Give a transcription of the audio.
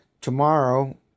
Tomorrow